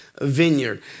vineyard